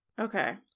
Okay